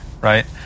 right